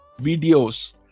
videos